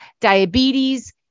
diabetes